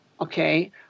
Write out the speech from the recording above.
okay